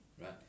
right